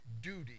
duty